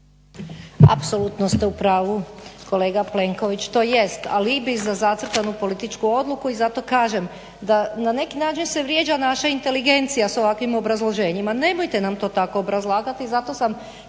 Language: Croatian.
Apsolutno ste u pravu kolega Plenković. To jest alibi za zacrtanu političku odluku i zato kažem da na neki način se vrijeđa naša inteligencija s ovakvim obrazloženjima. Nemojte nam to tako obrazlagati, zato sam